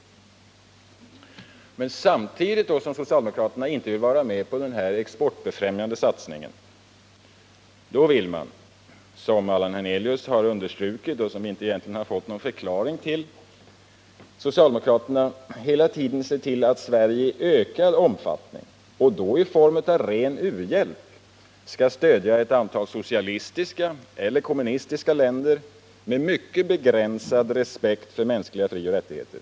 Men samtidigt som socialdemokraterna inte vill vara med på den här exportbefrämjande satsningen vill socialdemokraterna — som Allan Hernelius understrukit och som vi egentligen inte har fått någon förklaring till — hela tiden se till att Sverige i ökad omfattning, och då i form av ren u-hjälp, skall stödja ett antal socialistiska eller kommunistiska länder med mycket begränsad respekt för mänskliga frioch rättigheter.